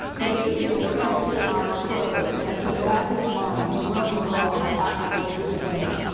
but alypius kept his eyes closed and forbade his mind to roam abroad after such wickedness.